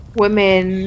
women